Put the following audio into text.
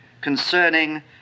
concerning